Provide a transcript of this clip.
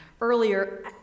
earlier